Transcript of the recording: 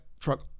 truck